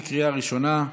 בקריאה ראשונה.